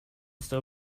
still